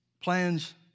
Plans